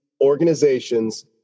organizations